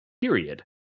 period